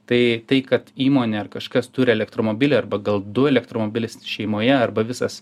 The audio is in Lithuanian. tai tai kad įmonė ar kažkas turi elektromobilį arba gal du elektromobilis šeimoje arba visas